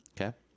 Okay